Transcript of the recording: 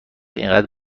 اینقدر